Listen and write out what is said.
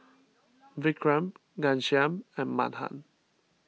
Vikram Ghanshyam and Mahan